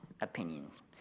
opinions